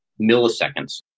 milliseconds